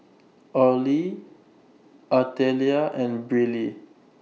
Orley Artelia and Briley